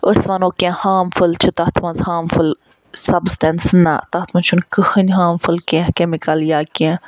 أتھۍ وَنو کیٚنٛہہ ہارمفُل چھِ تتھ مَنٛز ہارمفُل سبسٹنس نہَ تتھ مَنٛز چھُ نہٕ کٕہٕنٛۍ ہارمفُل کیٚنٛہہ کیمِکَل یا کیٚنٛہہ